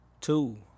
two